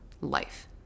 life